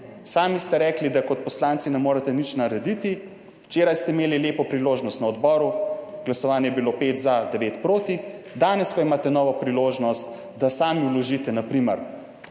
sami ste rekli, da kot poslanci ne morete nič narediti. Včeraj ste imeli lepo priložnost na odboru, glasovanje je bilo pet za, devet proti, danes pa imate novo priložnost, da sami vložite, na primer,